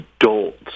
adults